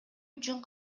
үчүн